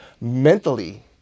mentally